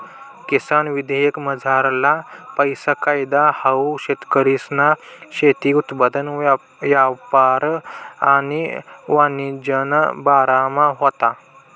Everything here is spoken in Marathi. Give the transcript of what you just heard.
किसान विधेयकमझारला पैला कायदा हाऊ शेतकरीसना शेती उत्पादन यापार आणि वाणिज्यना बारामा व्हता